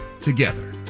Together